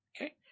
Okay